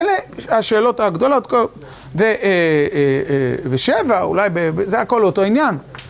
אלה השאלות הגדולות, ושבע, אולי, זה הכל אותו עניין.